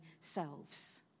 selves